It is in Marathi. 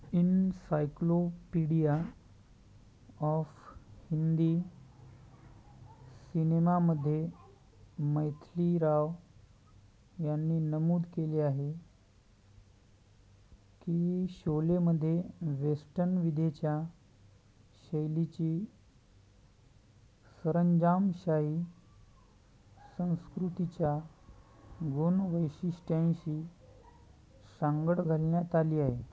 इनसायक्लोपीडिया ऑफ हिंदी सिनेमामध्ये मैथिली राव यांनी नमूद केले आहे की शोलेमध्ये वेस्टर्न विधेच्या शैलीची सरंजामशाही संस्कृतीच्या गुणवैशिष्ठयांशी सांगड घालण्यात आली आहे